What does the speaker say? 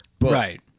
right